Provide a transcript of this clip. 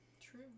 true